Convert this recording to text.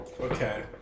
Okay